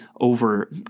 over